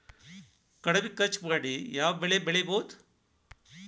ಕಡಮಿ ಖರ್ಚ ಮಾಡಿ ಯಾವ್ ಬೆಳಿ ಬೆಳಿಬೋದ್?